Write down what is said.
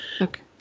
Okay